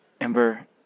Ember